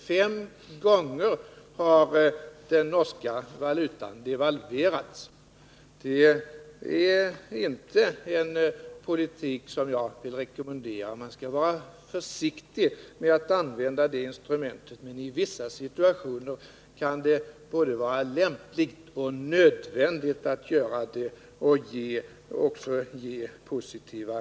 Fem gånger har den norska valutan devalverats. Det är inte en politik som jag vill rekommendera. Man skall vara försiktig med att använda det instrumentet, även om det i vissa situationer kan vara både lämpligt och nödvändigt att göra det och det då ger positiva effekter.